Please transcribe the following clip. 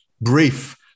brief